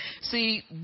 see